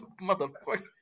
motherfucker